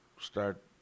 start